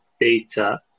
data